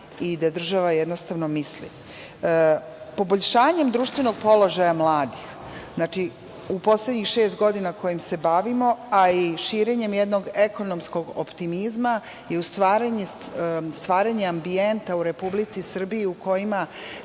i da država jednostavno misli na njih. Poboljšanjem društvenog položaja mladih u poslednjih šest godina, kojim se bavimo, a i širenjem jednog ekonomskog optimizma je stvaranje ambijenta u Republici Srbiji u kojoj